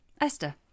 Esther